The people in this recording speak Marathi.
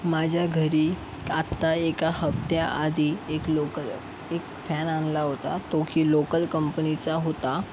माझ्या घरी आत्ता एका हप्त्या आधी एक लोकल एक फॅन आणला होता तो की लोकल कंपनीचा होता